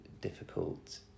difficult